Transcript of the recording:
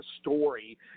story